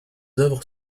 œuvres